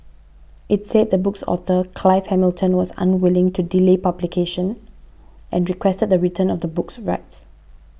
it said the book's author Clive Hamilton was unwilling to delay publication and requested the return of the book's rights